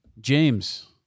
James